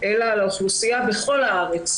אלא על האוכלוסייה בכל הארץ,